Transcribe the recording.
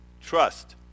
trust